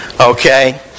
okay